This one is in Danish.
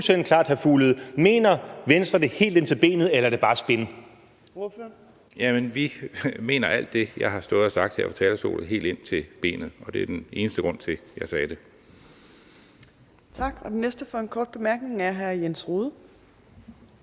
Ordføreren. Kl. 13:46 Mads Fuglede (V): Jamen vi mener alt det, jeg har stået og sagt her fra talerstolen, helt ind til benet, og det er den eneste grund til, at jeg sagde det.